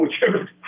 whichever